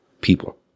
people